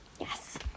Yes